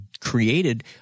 created